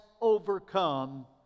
overcome